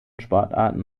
sportarten